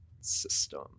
system